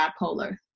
bipolar